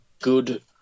good